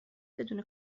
بدون